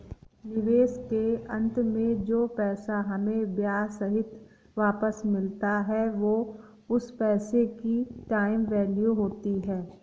निवेश के अंत में जो पैसा हमें ब्याह सहित वापस मिलता है वो उस पैसे की टाइम वैल्यू होती है